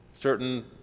certain